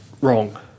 wrong